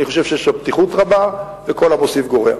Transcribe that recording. בו, ואני חושב שיש פתיחות רבה, וכל המוסיף גורע.